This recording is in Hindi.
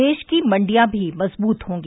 देश की मण्डियां भी मजबूत होंगी